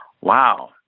wow